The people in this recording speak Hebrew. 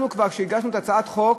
אנחנו, כשהגשנו את הצעת החוק,